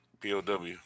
pow